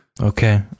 Okay